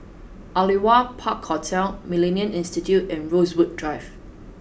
Aliwal Park Hotel Millennia Institute and Rosewood Drive